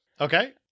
Okay